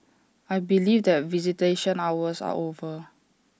I believe that visitation hours are over